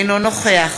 אינו נוכח